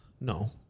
No